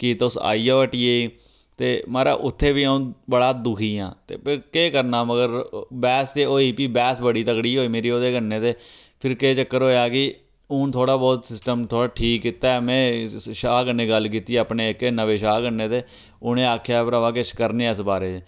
कि तुस आई आओ हट्टियै ई ते महाराज़ उत्थे बी आ'ऊं बड़ा दुखी आं ते फ्ही केह् करना मगर बैह्स ते होई फ्ही बैह्स बड़ी तगड़ी होई मेरी ओह्दे कन्नै ते फिर केह् चक्कर होएआ कि हून थोह्ड़ा बौह्त सिस्टम थोह्ड़ा ठीक कीता ऐ में शाह् कन्नै गल्ल कीती अपने एह्के नमें शाह् कन्नै ते उ'नें आखेआ भ्रावा किश करने आं इस बारे च